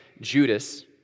Judas